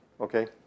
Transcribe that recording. Okay